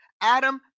Adam